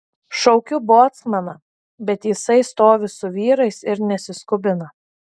šaukiu bocmaną bet jisai stovi su vyrais ir nesiskubina